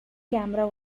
camera